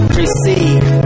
receive